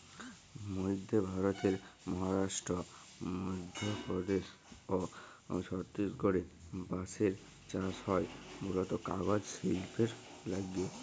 মইধ্য ভারতের মহারাস্ট্র, মইধ্যপদেস অ ছত্তিসগঢ়ে বাঁসের চাস হয় মুলত কাগজ সিল্পের লাগ্যে